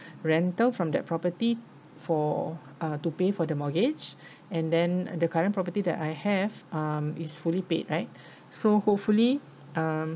rental from that property for uh to pay for the mortgage and then the current property that I have um is fully paid right so hopefully um